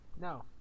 No